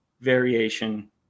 variation